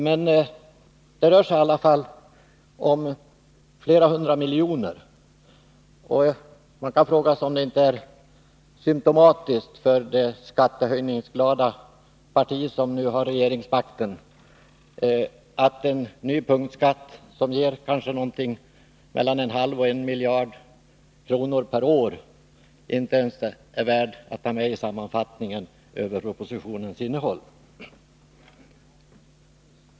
Men det rör sig i alla fall om flera hundra miljoner kronor, och man kan fråga sig om det inte är symtomatiskt för det skattehöjningsglada parti som nu har regeringsmakten att en ny punktskatt, som kanske ger mellan 0,5 och 1 miljard, inte ens är värd att tas med i sammanfattningen i propositionens innehåll.